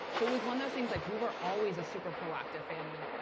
so it was one those things. like we were always a super proactive family,